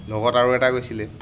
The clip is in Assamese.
লগত আৰু এটা গৈছিলে